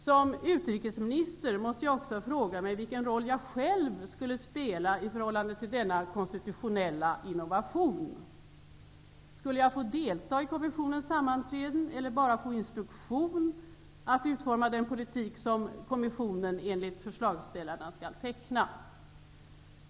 Som utrikesminister måste jag också fråga mig vilken roll jag själv skulle spela i förhållande till denna konstitutionella innovation. Skulle jag få delta i komissionens sammanträden, eller skulle jag bara få instruktion att utforma den politik som kommissionen enligt förslagsställarna skall teckna?